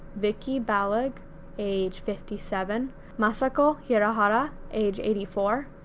vickie balogh like age fifty seven masako hirahara age eighty four,